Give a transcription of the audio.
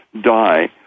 die